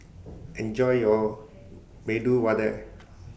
Enjoy your Medu Vada